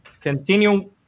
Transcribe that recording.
continue